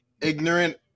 ignorant